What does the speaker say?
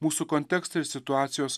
mūsų kontekstai ir situacijos